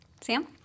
Sam